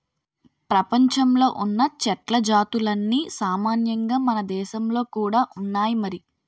ప్రపంచంలో ఉన్న చెట్ల జాతులన్నీ సామాన్యంగా మనదేశంలో కూడా ఉన్నాయి మరి